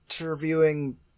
interviewing